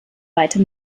weiter